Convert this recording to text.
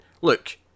Look